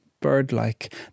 Birdlike